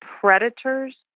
predators